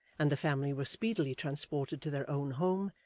and the family were speedily transported to their own home,